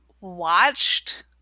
watched